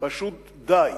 פשוט די.